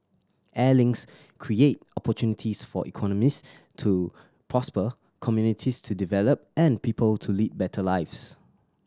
air links create opportunities for economies to prosper communities to develop and people to lead better lives